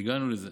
הגענו לזה.